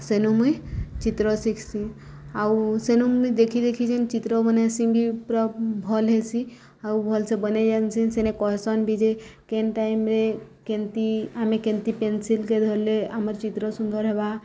ସେନୁ ମୁଇଁ ଚିତ୍ର ଶିଖ୍ସିଁ ଆଉ ସେନୁ ମୁଇଁ ଦେଖି ଦେଖି ଯେନ୍ ଚିତ୍ର ବନେଇସି ବି ପୁରା ଭଲ୍ ହେସି ଆଉ ଭଲ୍ସେ ବନେଇଯାନ୍ସି ସେନେ କହେସନ୍ ବି ଯେ କେନ୍ ଟାଇମ୍ରେ କେନ୍ତି ଆମେ କେନ୍ତି ପେନ୍ସିଲ୍କେ ଧର୍ଲେ ଆମର୍ ଚିତ୍ର ସୁନ୍ଦର୍ ହେବା